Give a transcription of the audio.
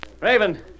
Raven